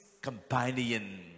companion